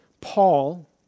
Paul